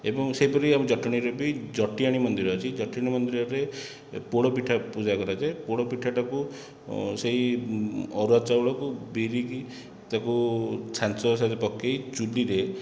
ଏବଂ ସେହିପରି ଜଟଣୀରେ ବି ଜଟିଆଣି ମନ୍ଦିର ଅଛି ଜଟିଆଣି ମନ୍ଦିରରେ ପୋଡ଼ ପିଠା ପୂଜା କରାଯାଏ ପୋଡ଼ ପିଠା ଟାକୁ ସେହି ଅରୁଆ ଚାଉଳକୁ ବିରିକି ତାକୁ ଛାଞ୍ଚ ହିସାବରେ ପକେଇ ଚୁଲିରେ